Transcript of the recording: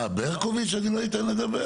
מה, ברקוביץ אני לא אתן לדבר?